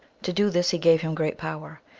to do this he gave him great power.